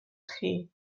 chi